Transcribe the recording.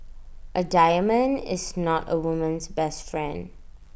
A diamond is not A woman's best friend